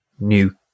New